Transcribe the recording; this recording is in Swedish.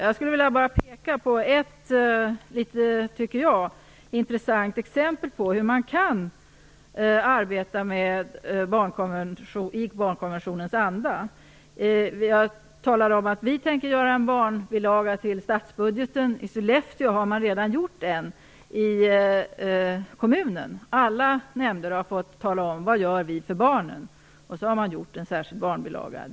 Jag vill peka på ett i mitt tycke intressant exempel på hur man kan arbeta i barnkonventionens anda. Regeringen tänker göra en barnbilaga till statsbudgeten. I Sollefteå kommun har man redan gjort en bilaga av den typen. Alla nämnder har fått tala om vad de gör för barnen, och sedan har man gjort en särskild barnbilaga.